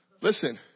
Listen